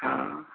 हाँ